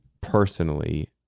personally